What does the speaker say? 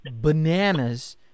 Bananas